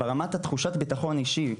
ברמת תחושת הביטחון האישי,